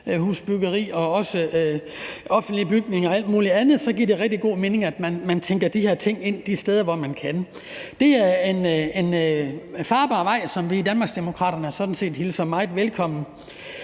parcelhusbyggeri og om offentligt byggeri og alt muligt andet, giver det rigtig god mening, at man tænker de her ting ind de steder, hvor man kan. Det er en farbar vej, som vi i Danmarksdemokraterne sådan set hilser meget velkommen.